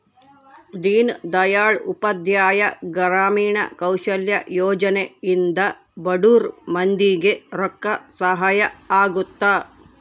ದೀನ್ ದಯಾಳ್ ಉಪಾಧ್ಯಾಯ ಗ್ರಾಮೀಣ ಕೌಶಲ್ಯ ಯೋಜನೆ ಇಂದ ಬಡುರ್ ಮಂದಿ ಗೆ ರೊಕ್ಕ ಸಹಾಯ ಅಗುತ್ತ